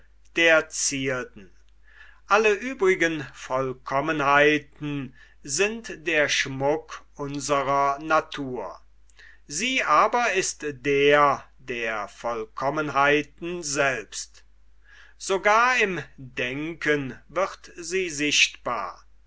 der zierden alle übrigen vollkommenheiten sind der schmuck unsrer natur sie aber ist der der vollkommenheiten selbst sogar im denken wird sie sichtbar